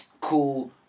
Cool